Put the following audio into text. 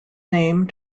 name